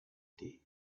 day